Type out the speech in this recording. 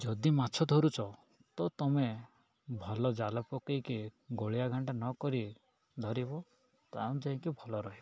ଯଦି ମାଛ ଧରୁଛ ତ ତୁମେ ଭଲ ଜାଲ ପକେଇକି ଗୋଳିଆ ଘଣ୍ଟା ନକରି ଧରିବ ତାହେଲେ ଯାଇକି ଭଲ ରହିବ